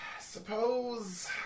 Suppose